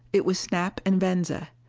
it was snap and venza.